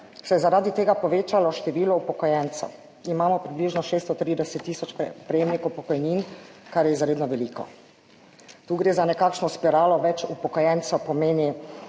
se je zaradi tega povečalo število upokojencev, imamo približno 630 tisoč prejemnikov pokojnin, kar je izredno veliko. Tu gre za nekakšno spiralo, več upokojencev pomeni,